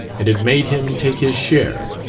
and it made him take his share.